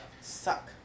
Suck